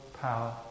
power